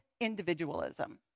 individualism